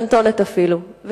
אפילו קטנטונת,